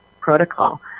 protocol